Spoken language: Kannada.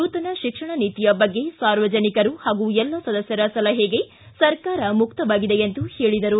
ನೂತನ ಶಿಕ್ಷಣ ನೀತಿಯ ಬಗ್ಗೆ ಸಾರ್ವಜನಿಕರು ಹಾಗೂ ಎಲ್ಲ ಸದಸ್ಯರ ಸಲಹೆಗೆ ಸರ್ಕಾರ ಮುಕ್ತವಾಗಿದೆ ಎಂದು ಹೇಳಿದರು